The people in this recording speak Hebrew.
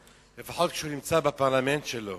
לפחות כשהוא נמצא בפרלמנט שלו